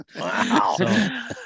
Wow